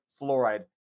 fluoride